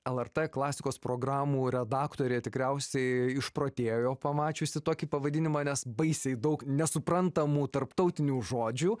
lrt klasikos programų redaktorė tikriausiai išprotėjo pamačiusi tokį pavadinimą nes baisiai daug nesuprantamų tarptautinių žodžių